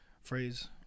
phrase